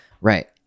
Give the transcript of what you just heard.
Right